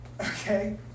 Okay